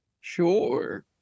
Sure